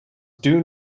due